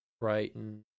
Brighton